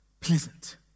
pleasant